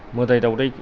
मोदाय दावदाय